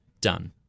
done